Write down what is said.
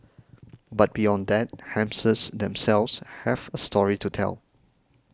but beyond that hamsters themselves have a story to tell